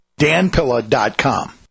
danpilla.com